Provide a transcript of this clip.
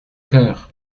cœur